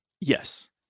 yes